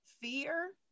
fear